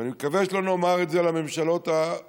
ואני מקווה שלא נאמר את זה על הממשלות המכהנות,